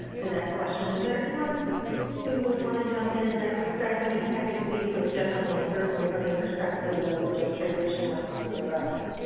to that question, is there anyone who would want to jump in in that respect? i mean, i'm happy to speak to it generally and certainly from the perspective of the just transition working group, but.